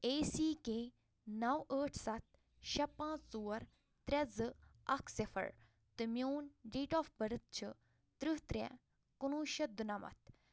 A C K نو ٲٹھ سَتھ شےٚ پانٛژھ ژور ترٛےٚ زٕ اکھ صِفر تہٕ میون ڈیٹ آف بٔرٕتھ چھُ تٕرٛہ ترٛےٚ کُنٛوُہ شتھ دُنمتھ